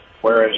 whereas